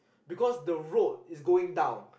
because the road is going down